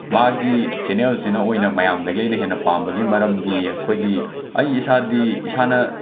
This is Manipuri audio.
ꯃꯥꯒꯤ ꯆꯦꯅꯦꯜꯁꯤꯅ ꯑꯣꯏꯅ ꯃꯌꯥꯝꯗꯒꯤ ꯑꯩꯅ ꯍꯦꯟꯅ ꯄꯥꯝꯕꯒꯤ ꯃꯔꯝꯗꯤ ꯑꯩꯈꯣꯏꯒꯤ ꯑꯩ ꯏꯁꯥꯗꯤ ꯏꯁꯥꯅ